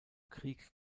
krieg